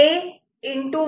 1 आणि A